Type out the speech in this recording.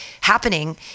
happening